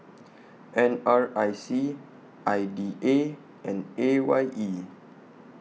N R I C I D A and A Y E